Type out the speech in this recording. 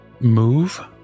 move